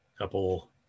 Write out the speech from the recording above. couple